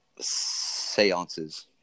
seances